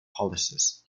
policies